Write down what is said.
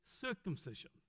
circumcision